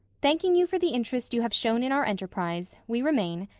thanking you for the interest you have shown in our enterprise, we remain,